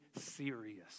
serious